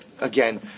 again